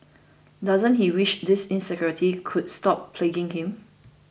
doesn't he wish these insecurities could stop plaguing him